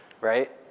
right